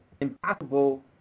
impossible